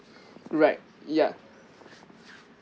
right ya